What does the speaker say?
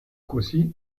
così